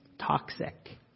Toxic